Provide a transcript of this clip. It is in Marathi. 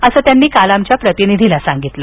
असं त्यांनी काल आमच्या प्रतिनिधीशी बोलताना सांगितलं